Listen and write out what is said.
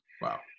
Wow